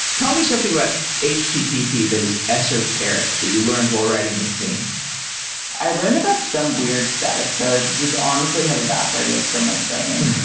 tell me something about http that is esoteric that you learned while writing this zine i learned about some weird status code, which honestly have evaporated from my brain.